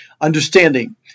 Understanding